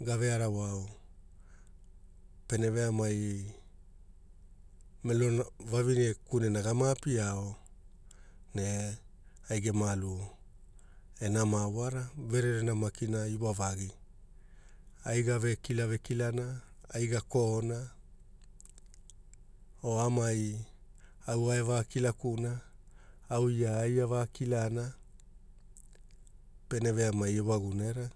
Gave arawao pene veamai melo vavine kunena ama apia o ne ai gema alu enamao wara vererena maki iwavagi, ai gavekila vekilana, ai ko oana o aumai a ae vaikilakuna au ia ai avakilana pene veamai ewagumona era.